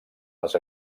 les